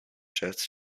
jets